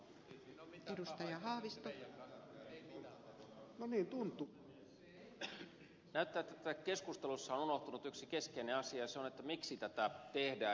näyttää että tässä keskustelussa on unohtunut yksi keskeinen asia ja se on se miksi tätä tehdään